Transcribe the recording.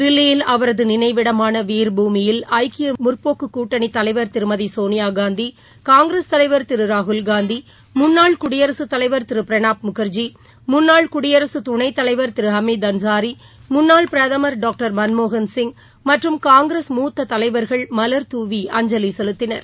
தில்லியில் அவரது நினைவிடமான வீர்பூமியில் ஐக்கிய முற்போக்குக் கூட்டணி தலைவர் திருமதி சோனியாகாந்தி காங்கிரஸ் தலைவர் திரு ராகுல்காந்தி முன்னாள் குடியரசுத் தலைவர் திரு பிரணாப் முக்ஜி முன்னா்ள குடியரசு துணைத்தலைவா் திரு ஹமீத் அன்சாரி முன்னாள் பிரதமா் டாக்டர் மன்மோகன்சிங் மற்றும் காங்கிரஸ் மூத்த தலைவர்கள் மலர்தூவி அஞ்சலி செலுத்தினர்